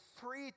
three